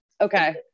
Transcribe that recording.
Okay